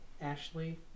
Ashley